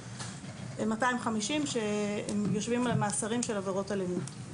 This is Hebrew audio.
250 שהם יושבים על מאסרים של עבירות אלימות.